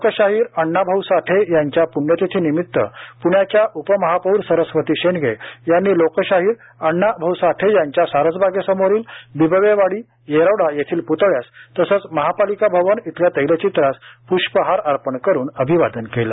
लोकशाहीर अण्णा भाऊ साठे यांच्या प्ण्यतिथीनिमित्त प्ण्याच्या उपमहापौर सरस्वती शेंडगे यांनी लोकशाहीर अण्णा भाऊ साठे यांच्या सारसबागेसमोरील बिबवेवाडी येरवडा येथील प्तळ्यास तसेच महापालिका भवन इथल्या तैलचित्रास प्ष्पहार अर्पण करून अभिवादन केले